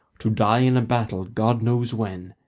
to die in a battle, god knows when,